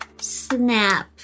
snap